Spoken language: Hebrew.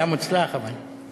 היה מוצלח, אבל.